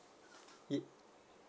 mm